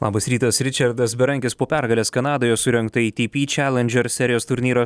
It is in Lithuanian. labas rytas ričardas berankis po pergalės kanadoje surengto eitypy čelandžer serijos turnyro